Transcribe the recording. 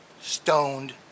stoned